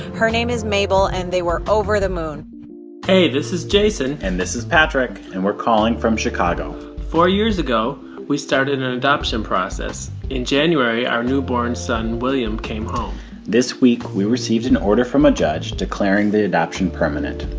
her name is mabel, and they were over the moon hey, this is jason and this is patrick. and we're calling from chicago four years ago, we started an and adoption process. in january, our newborn son, william, came home this week, we received an order from a judge declaring the adoption permanent.